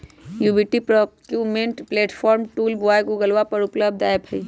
B two B procurement platform tool by गूगलवा पर उपलब्ध ऐप हई